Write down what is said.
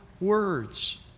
words